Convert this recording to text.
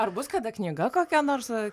ar bus kada knyga kokia nors